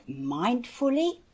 mindfully